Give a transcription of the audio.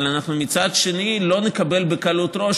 אבל מצד שני אנחנו לא נקבל החלטה בקלות ראש,